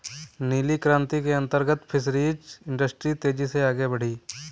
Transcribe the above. नीली क्रांति के अंतर्गत फिशरीज इंडस्ट्री तेजी से आगे बढ़ी